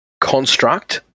construct